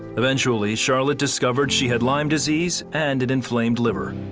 eventually charlotte discovered she had lyme disease and an inflamed liver.